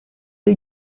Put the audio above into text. lhe